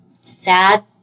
sad